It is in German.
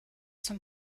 zum